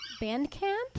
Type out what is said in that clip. Bandcamp